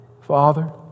Father